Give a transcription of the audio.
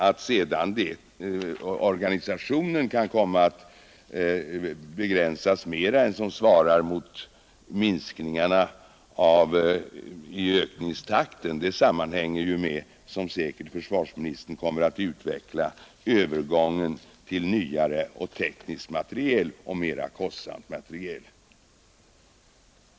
Att organisationen kan komma att begränsas mera än vad som svarar mot minskningarna i ökningstakten sammanhänger ju, som försvarsministern säkert kommer att utveckla, med övergången till nyare och mer teknisk och kostsam materiel. Herr talman!